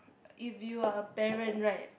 if you are a parent right